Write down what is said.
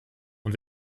und